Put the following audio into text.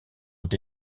ont